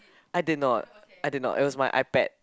I did not I did not it was my iPad